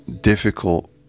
difficult